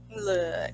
Look